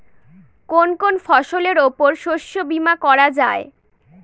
কোন কোন ফসলের উপর শস্য বীমা করা যায়?